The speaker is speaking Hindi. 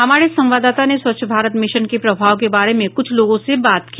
हमारे संवाददाता ने स्वच्छ भारत मिशन के प्रभाव के बारे में कुछ लोगों से बात की